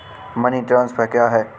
Money transfer क्या है?